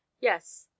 yes